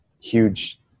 huge